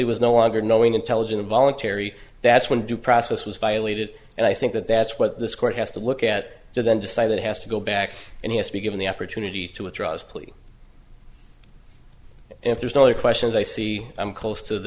plea was no longer knowing intelligent voluntary that's when due process was violated and i think that that's what this court has to look at to then decide it has to go back and he has to be given the opportunity to withdraw his plea if there's no other questions i see i'm close to the